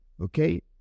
Okay